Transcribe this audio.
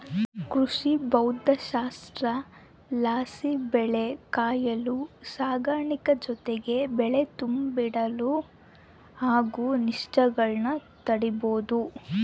ಕೃಷಿಭೌದ್ದಶಾಸ್ತ್ರಲಾಸಿ ಬೆಳೆ ಕೊಯ್ಲು ಸಾಗಾಣಿಕೆ ಜೊತಿಗೆ ಬೆಳೆ ತುಂಬಿಡಾಗ ಆಗೋ ನಷ್ಟಗುಳ್ನ ತಡೀಬೋದು